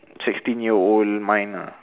sixteen year old mind ah